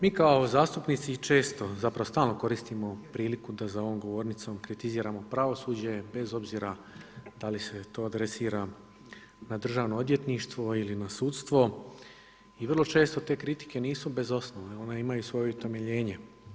Mi kao zastupnici često, zapravo stalno koristimo priliku da za ovom govornicom kritiziramo pravosuđe bez obzira da li se to adresira na DORH ili na sudstvo i vrlo često te kritike nisu bez osnove, one imaju i svoje utemeljenje.